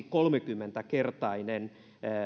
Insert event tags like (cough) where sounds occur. (unintelligible) kolmekymmentä kertainen